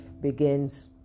begins